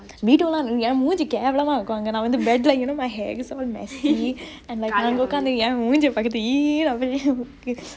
video லா ஏன் மூஞ்சி கேவலமா இருக்கு அங்க நா வந்து:laa en moonji kevelemaa irukku ange naa vanthu bed ல:le you know my hair is all messy like அங்க ஒக்காந்து என் மூஞ்சி பாத்துட்டு ஈஈஈ அப்டே:angge okkanthu en moonje paathutu eee apde